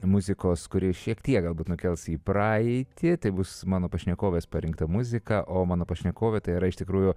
muzikos kuri šiek tiek galbūt nukels į praeitį tai bus mano pašnekovės parinkta muzika o mano pašnekovė tai yra iš tikrųjų